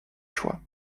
choix